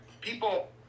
people